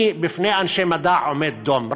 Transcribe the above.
אני בפני אנשי מדע עומד דום.